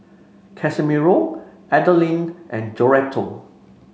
Casimiro Adalynn and Joretta